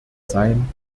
sein